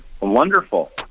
wonderful